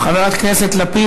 חבר הכנסת לפיד,